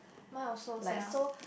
my also sia